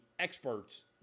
Experts